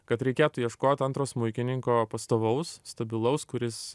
kad reikėtų ieškot antro smuikininko pastovaus stabilaus kuris